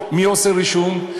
מי עושה רישום?